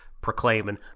proclaiming